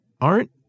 Aren't